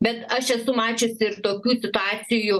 bet aš esu mačiusi ir tokių situacijų